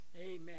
Amen